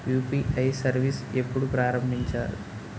UPI service ఎప్పుడు ప్రారంభించారు?